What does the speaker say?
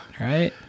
right